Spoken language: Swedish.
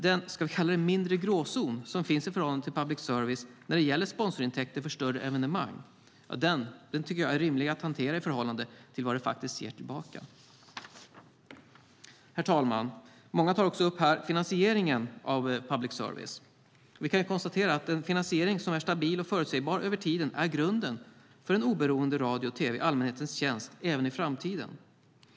Den mindre gråzon som finns i förhållande till public service när det gäller sponsorintäkter för större evenemang tycker jag är rimlig att hantera i förhållande till vad den faktiskt ger tillbaka. Herr talman! Många tar också upp finansieringen av public service här. Vi kan konstatera att en finansiering som är stabil och förutsägbar över tiden är grunden för en oberoende radio och tv i allmänhetens tjänst även i framtiden.